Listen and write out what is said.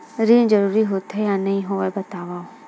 ऋण जरूरी होथे या नहीं होवाए बतावव?